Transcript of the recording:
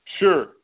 Sure